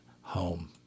home